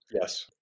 Yes